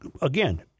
again